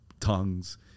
Tongues